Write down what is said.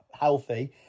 healthy